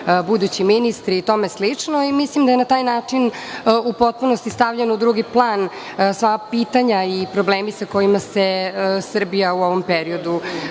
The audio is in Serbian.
budući ministri i tome slično. Mislim da su na taj način u potpunosti stavljena u drugi plan sva pitanja i problemi sa kojima se Srbija u ovom periodu